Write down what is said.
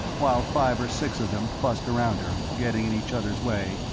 while five or six of them fussed around her, getting in each others' way,